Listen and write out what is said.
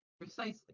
Precisely